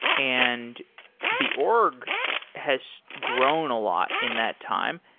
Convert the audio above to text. and the org has grown a lot in that time.